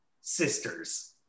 sisters